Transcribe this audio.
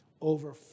over